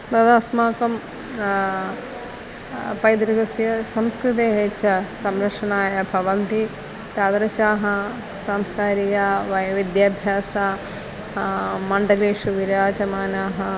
तदा अस्माकं पैतृकस्य संस्कृतेः च संरक्षणाय भवन्ति तादृशाः सांस्कारिक वैविद्याभ्यासः मण्डलेषु विराजमानाः